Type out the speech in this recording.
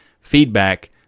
feedback